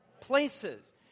places